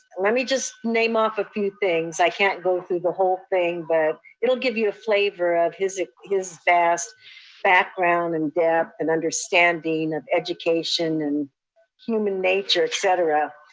let me just name off a few things. i can't go through the whole thing, but it'll give you a flavor of his his vast background and depth and understanding of education and human nature, et cetera.